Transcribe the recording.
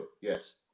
yes